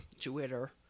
Twitter